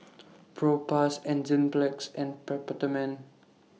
Propass Enzyplex and Peptamen